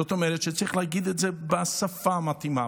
זאת אומרת שצריך להגיד את זה בשפה המתאימה,